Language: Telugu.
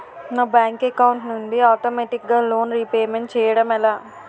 నా బ్యాంక్ అకౌంట్ నుండి ఆటోమేటిగ్గా లోన్ రీపేమెంట్ చేయడం ఎలా?